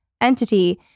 entity